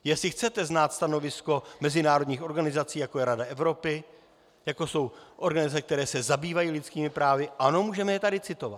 Jestli chcete znát stanovisko mezinárodních organizací, jako je Rada Evropy, jako jsou organizace, které se zabývají lidskými právy, ano, můžeme je tady citovat.